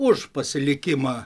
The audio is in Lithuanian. už pasilikimą